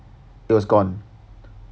it was gone